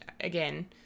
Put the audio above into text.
again